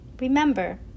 Remember